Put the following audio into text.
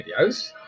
videos